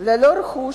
ללא רכוש,